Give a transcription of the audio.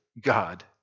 God